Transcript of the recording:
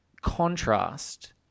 contrast